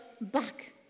back